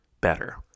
better